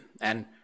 And